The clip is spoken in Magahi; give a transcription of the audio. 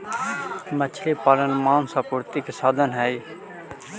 मछली पालन मांस आपूर्ति के साधन हई